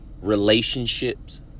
relationships